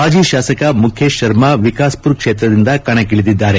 ಮಾಜಿ ಶಾಸಕ ಮುಖೇಶ್ ಶರ್ಮಾ ವಿಕಾಸ್ಮರ ಕ್ಷೇತ್ರದಿಂದ ಕಣಕ್ಕಿಳಿದಿದ್ದಾರೆ